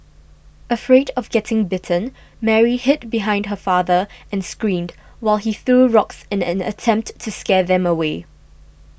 afraid of getting bitten Mary hid behind her father and screamed while he threw rocks in an attempt to scare them away